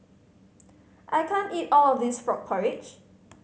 I can't eat all of this frog porridge